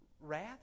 Wrath